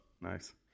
nice